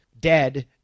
dead